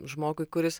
žmogui kuris